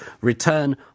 Return